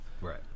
Right